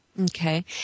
Okay